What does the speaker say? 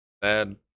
Bad